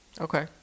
okay